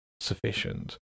sufficient